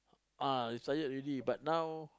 ah retired already but now